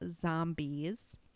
Zombies